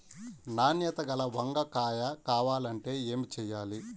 నాణ్యత గల వంగ కాయ కావాలంటే ఏమి చెయ్యాలి?